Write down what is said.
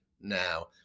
now